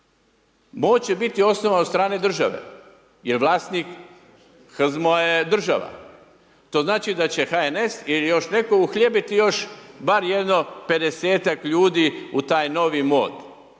moći biti osnovan od strane države jer vlasnik HZMO-a je država, to znači da će HNS ili još netko uhljebiti još bar jedno 50-tak ljudi u taj novi mod,